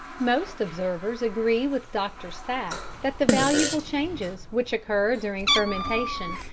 most observers agree with dr. sack that the valuable changes, which occur during fermentation,